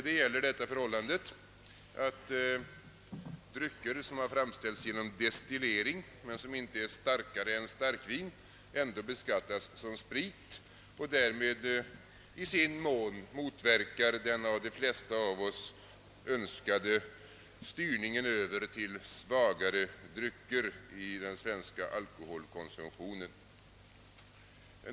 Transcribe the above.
Det gäller det förhållandet, att drycker som framställts genom destillering men som inte är starkare än starkvin, ändå beskattas som sprit, något som i sin mån motverkar den av de flesta av oss önskade styrningen över till svagare drycker i den svenska alkoholkonsumtionen.